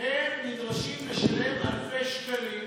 הם נדרשים לשלם אלפי שקלים,